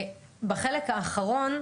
בחלק האחרון,